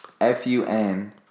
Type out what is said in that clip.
F-U-N